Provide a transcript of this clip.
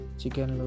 Chicken